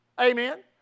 Amen